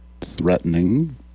threatening